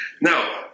Now